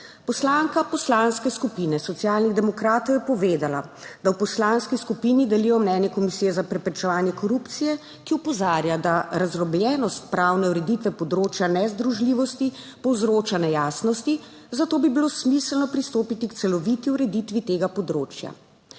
Poslanka poslanske skupine Socialnih demokratov je povedala, da v poslanski skupini delijo mnenje Komisije za preprečevanje korupcije, ki opozarja, da razdrobljenost pravne ureditve področja nezdružljivosti povzroča nejasnosti, zato bi bilo smiselno pristopiti k celoviti ureditvi tega področja.